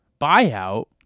buyout